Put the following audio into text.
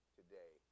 today